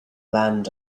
land